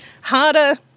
harder